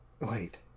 Wait